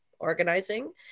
organizing